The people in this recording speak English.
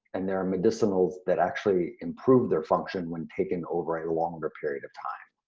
and there are medicinals that actually improve their function when taken over a longer period of time.